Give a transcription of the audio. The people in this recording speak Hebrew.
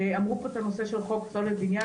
אמרו פה על הנושא של חוק פסולת בניין,